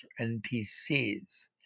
NPCs